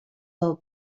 del